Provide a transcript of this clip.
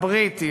הבריטי,